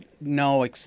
no